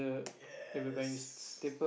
yes